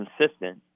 consistent